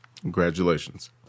Congratulations